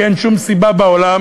כי אין שום סיבה בעולם,